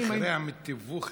מחירי התיווך גבוהים.